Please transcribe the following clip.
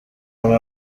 amwe